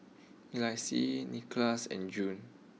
Elyse Nickolas and June